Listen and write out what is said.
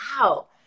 wow